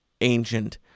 ancient